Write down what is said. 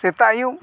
ᱥᱮᱛᱟᱜ ᱟᱹᱭᱩᱵ